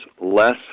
less